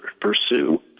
pursue